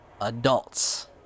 adults